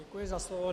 Děkuji za slovo.